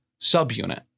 subunit